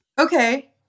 Okay